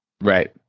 Right